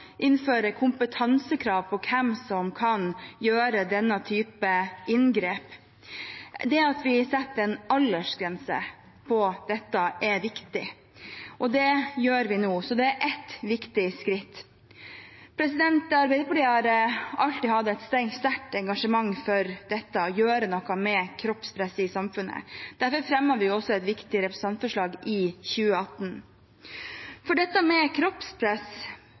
innføre kompetansekrav til hvem som kan gjøre denne typen inngrep, og det at vi setter en aldersgrense for dette, er viktig. Det gjør vi nå, så det er et viktig skritt. Arbeiderpartiet har alltid hatt et sterkt engasjement for å gjøre noe med kroppspresset i samfunnet. Derfor fremmet vi også et viktig representantforslag i 2018. For dette med